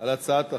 על הצעת החוק.